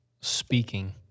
speaking